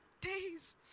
days